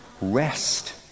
rest